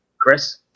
Chris